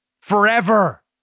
Forever